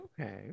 Okay